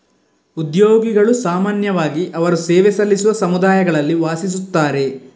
ಉದ್ಯೋಗಿಗಳು ಸಾಮಾನ್ಯವಾಗಿ ಅವರು ಸೇವೆ ಸಲ್ಲಿಸುವ ಸಮುದಾಯಗಳಲ್ಲಿ ವಾಸಿಸುತ್ತಾರೆ